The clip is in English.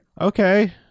Okay